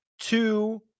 Two